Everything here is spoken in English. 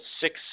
six